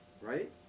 right